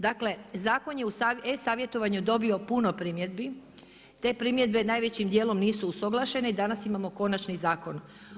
Dakle, zakon je u e-savjetovanju dobio puno primjedbi, te primjedbe najvećim djelom nisu usuglašene, danas imamo konačni zakon.